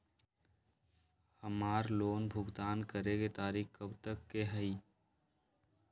हमार लोन भुगतान करे के तारीख कब तक के हई?